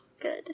Good